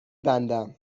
بندم